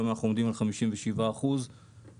היום אנחנו עומדים על 57% מהרכבים.